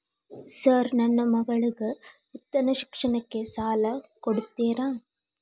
Sir ನನ್ನ ಮಗಳ ಉನ್ನತ ಶಿಕ್ಷಣಕ್ಕೆ ಸಾಲ ಕೊಡುತ್ತೇರಾ?